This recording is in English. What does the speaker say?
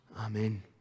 Amen